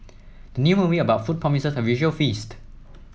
the new movie about food promises a visual feast